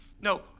no